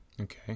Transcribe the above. Okay